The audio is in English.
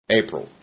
april